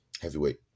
Heavyweight